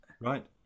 Right